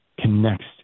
connects